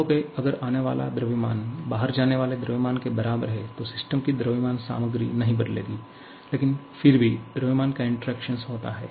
कहो के अगर आने वाला द्रव्यमान बाहर जाने वाले द्रव्यमान के बराबर है तो सिस्टम की द्रव्यमान सामग्री नहीं बदलेगी लेकिन फिर भी द्रव्यमान का इंटरएक्शन होता है